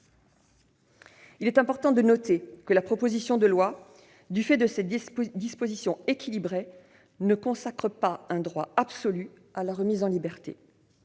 Il est important de noter que la proposition de loi, du fait de ses dispositions équilibrées, ne consacre pas un droit absolu à la remise en liberté.